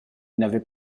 n’avait